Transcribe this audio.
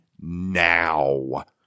now